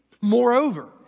Moreover